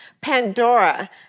Pandora